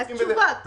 עת התשובות הגיעה.